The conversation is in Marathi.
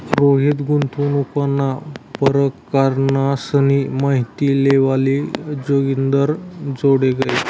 रोहित गुंतवणूकना परकारसनी माहिती लेवाले जोगिंदरजोडे गया